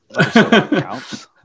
counts